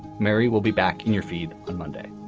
mary will be back in your feed on monday